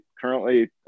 currently